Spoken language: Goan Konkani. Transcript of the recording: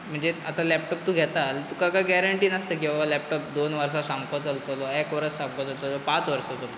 म्हणजे आतां लॅपटॉप तूं घेता जाल्यार तुका कांय गॅरंटी नासता की हो लॅपटॉप दोन वर्सां सामको चलतलो एक वर्स चलतलो पांच वर्सां चलतलो